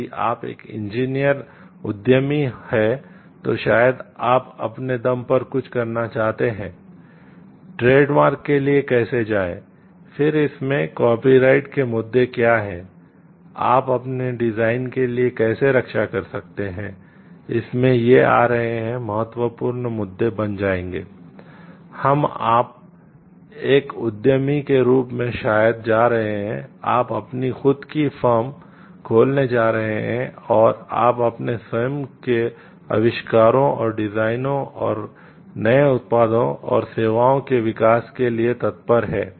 यदि आप एक इंजीनियरिंग और नए उत्पादों और सेवाओं के विकास के लिए तत्पर हैं